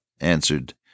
answered